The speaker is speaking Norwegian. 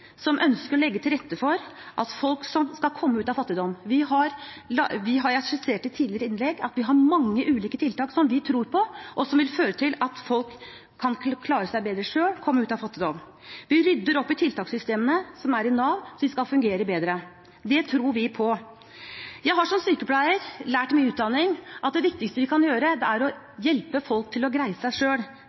som ønsker å legge til rette for at folk skal komme ut av fattigdommen. Jeg har skissert i tidligere innlegg at vi har mange ulike tiltak som vi tror på, og som vil føre til at folk kan klare seg bedre selv og komme seg ut av fattigdom. Vi rydder opp i tiltakssystemene i Nav så de skal fungere bedre. Det tror vi på. Jeg har som sykepleier lært i min utdanning at det viktigste vi kan gjøre, er å hjelpe folk til å greie seg